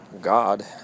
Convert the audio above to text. god